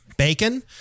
Bacon